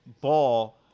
ball –